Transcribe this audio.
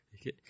Okay